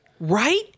right